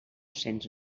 cents